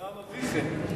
אברהם אביכם.